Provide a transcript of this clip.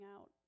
out